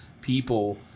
people